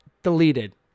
Deleted